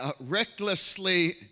recklessly